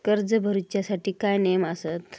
कर्ज भरूच्या साठी काय नियम आसत?